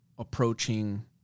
approaching